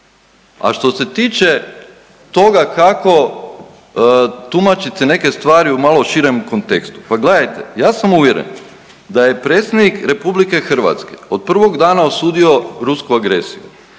a što se tiče toga kako tumačite neke stvari u malo širem kontekstu. Pa gledajte, ja sam uvjeren da je Predsjednik Republike Hrvatske od prvog dana osudio rusku agresiju,